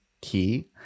key